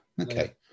okay